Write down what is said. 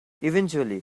eventually